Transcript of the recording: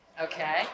Okay